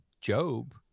Job